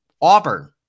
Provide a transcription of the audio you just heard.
Auburn